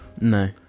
No